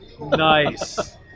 Nice